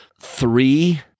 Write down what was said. three